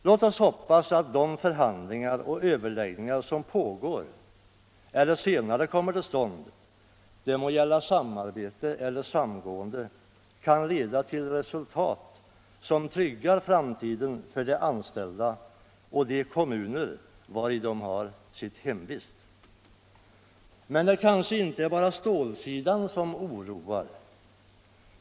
Låt oss hoppas att de förhandlingar och överläggningar som pågår eller senare kommer till stånd, det må gälla samarbete eller samgående, kan leda till resultat som tryggar framtiden för de anställda och de kommuner vari de har sin hemvist. Men det kanske inte bara är stålsidan som oroar.